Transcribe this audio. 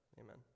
Amen